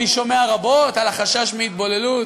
אני שומע רבות על החשש מהתבוללות.